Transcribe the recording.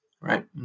right